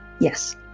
Yes